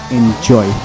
enjoy